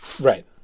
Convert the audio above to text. Right